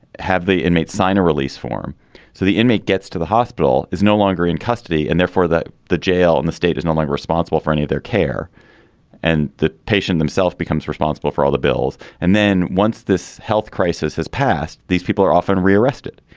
have the inmates sign a release form so the inmate gets to the hospital is no longer in custody and therefore the the jail in the state is not responsible for any of their care and the patient themself becomes responsible for all the bills. and then once this health crisis has passed these people are often rearrested.